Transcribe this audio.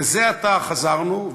וזה עתה חזרנו,